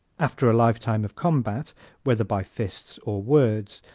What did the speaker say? after a lifetime of combat whether by fists or words,